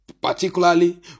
particularly